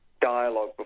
dialogue